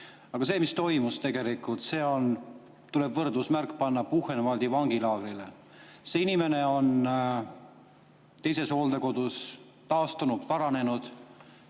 Aga see, mis toimus – tegelikult sellele tuleb võrdusmärk panna Buchenwaldi vangilaagriga. See inimene on teises hooldekodus taastunud, paranenud.